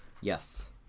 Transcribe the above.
Yes